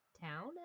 town